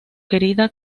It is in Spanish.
querida